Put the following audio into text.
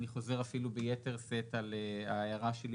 אני חוזר אפילו ביתר שאת על ההערה שלי